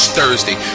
Thursday